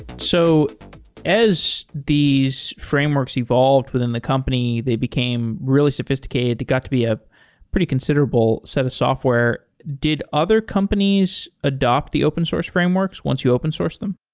so as these frameworks evolved within the company, they became really sophisticated. they got to be a pretty considerable set of software. did other companies adopt the open source frameworks once you open source them?